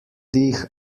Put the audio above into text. dich